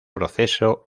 proceso